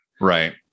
Right